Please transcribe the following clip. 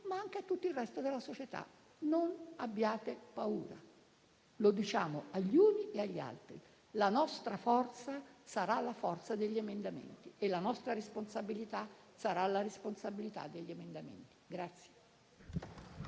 ma anche a tutto il resto della società. Non abbiate paura: lo diciamo agli uni e agli altri. La nostra forza sarà la forza degli emendamenti e la nostra responsabilità sarà la responsabilità degli emendamenti.